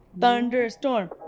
Thunderstorm